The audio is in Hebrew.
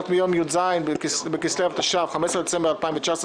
מיום י"ז בכסלו התש"ף 15 בדצמבר 2019,